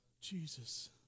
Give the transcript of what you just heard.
Jesus